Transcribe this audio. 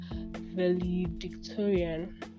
valedictorian